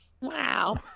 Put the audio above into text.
Wow